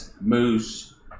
Moose